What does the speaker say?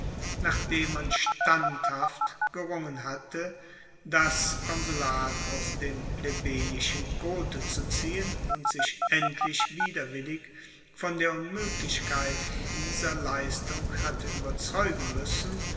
nachdem man standhaft gerungen hatte das konsulat aus dem plebejischen kote zu ziehen und sich endlich widerwillig von der unmoeglichkeit dieser leistung hatte ueberzeugen muessen